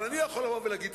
אני יכול לבוא ולהגיד,